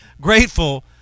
grateful